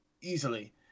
easily